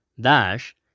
dash